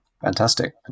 fantastic